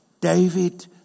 David